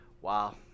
Wow